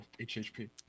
hhp